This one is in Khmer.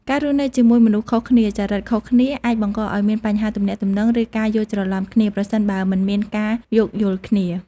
ការរស់នៅជាមួយមនុស្សខុសគ្នា ចរិតខុសគ្នា អាចបង្កឱ្យមានបញ្ហាទំនាក់ទំនង ឬការយល់ច្រឡំគ្នា ប្រសិនបើមិនមានការយោគយល់គ្នា ។